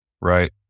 Right